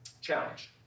challenged